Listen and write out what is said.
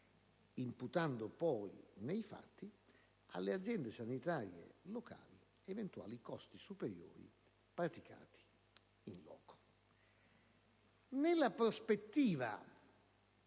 imputando poi, nei fatti, alle Aziende sanitarie locali eventuali costi superiori praticati *in loco*.